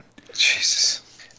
Jesus